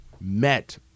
met